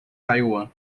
taiwan